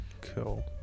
Cool